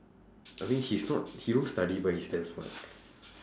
I mean he's not he don't study but he's damn smart